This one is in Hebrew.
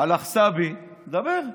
עלא ח'שבי, דבר.